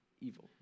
evil